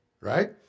Right